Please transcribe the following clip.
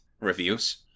reviews